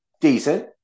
decent